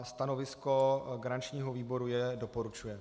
Stanovisko garančního výboru je: doporučuje.